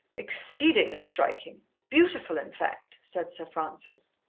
exceedingly striking beautiful, in fact, said sir francis.